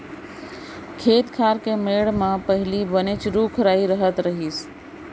खेत खार के मेढ़ म पहिली बनेच रूख राई रहत रहिस